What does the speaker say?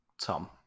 Tom